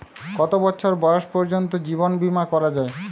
কত বছর বয়স পর্জন্ত জীবন বিমা করা য়ায়?